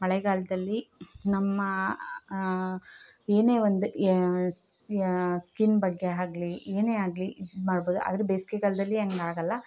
ಮಳೆಗಾಲದಲ್ಲಿ ನಮ್ಮ ಏನೇ ಒಂದು ಸಿ ಸ್ಕಿನ್ ಬಗ್ಗೆ ಆಗ್ಲಿ ಏನೇ ಆಗಲಿ ಇದು ಮಾಡ್ಬೋದು ಆದರೆ ಬೇಸಿಗೆಗಾಲ್ದಲ್ಲಿ ಹಂಗಾಗಲ್ಲ